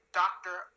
doctor